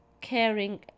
caring